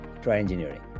TryEngineering